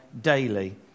daily